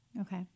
Okay